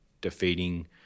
defeating